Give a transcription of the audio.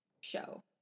show